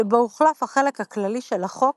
שבו הוחלף החלק הכללי של החוק